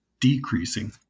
decreasing